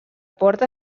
porta